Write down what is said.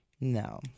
No